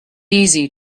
easy